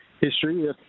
history